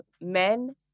men